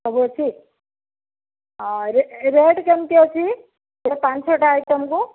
ସବୁ ଅଛି ଆଉ ରେଟ୍ କେମତି ଅଛି ଏ ପାଞ୍ଚ ଛଅଟା ଆଇଟମ୍କୁ